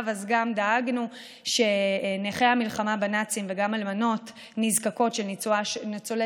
אז דאגנו שנכי המלחמה בנאצים וגם אלמנות נזקקות של ניצולי